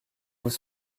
vous